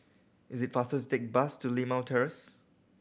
is it faster to take bus to Limau Terrace